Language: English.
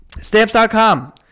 Stamps.com